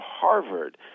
Harvard